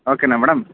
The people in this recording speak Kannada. ಓಕೆನ ಮೇಡಮ್